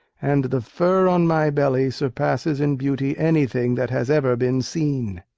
and the fur on my belly surpasses in beauty anything that has ever been seen.